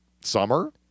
summer